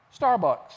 Starbucks